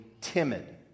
timid